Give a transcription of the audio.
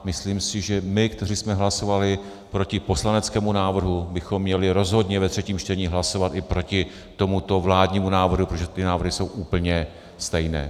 Myslím si, že my, kteří jsme hlasovali proti poslaneckému návrhu, bychom měli rozhodně ve třetím čtení hlasovat i proti tomuto vládnímu návrhu, protože ty návrhy jsou úplně stejné.